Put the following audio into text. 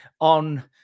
on